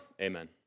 Amen